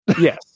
yes